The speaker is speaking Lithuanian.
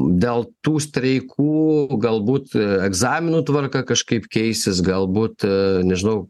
dėl tų streikų galbūt egzaminų tvarka kažkaip keisis galbūt nežinau